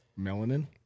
melanin